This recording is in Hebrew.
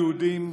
היהודים,